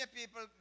people